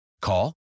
Call